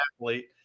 athlete